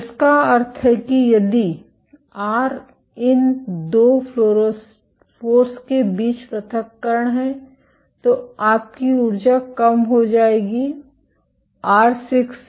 जिसका अर्थ है कि यदि आर इन 2 फ्लोरोफोर्स के बीच पृथक्करण है तो आपकी ऊर्जा कम हो जाएगी r6 से